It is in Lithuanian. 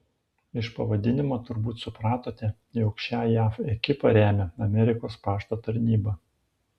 iš pavadinimo turbūt supratote jog šią jav ekipą remia amerikos pašto tarnyba